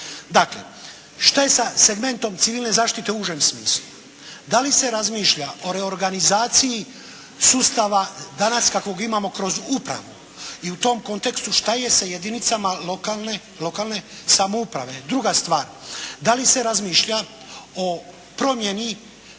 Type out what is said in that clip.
Dakle, šta je sa segmentom civilne zaštite u užem smislu. Da li se razmišlja o reorganizaciji sustava danas kakvog imamo kroz upravu i u tom kontekstu šta je sa jedinicama lokalne samouprave. Druga stvar, da li se razmišlja o promjeni